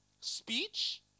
Speech